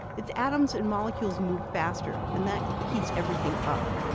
its atoms and molecules move faster and that heats everything up.